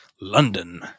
London